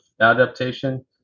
adaptation